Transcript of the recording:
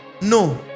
no